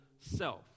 self